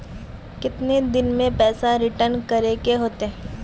कितने दिन में पैसा रिटर्न करे के होते?